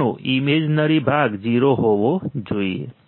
નો imaginary ભાગ 0 હોવો જોઈએ